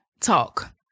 talk